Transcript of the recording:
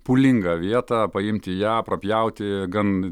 pūlingą vietą paimti ją prapjauti gan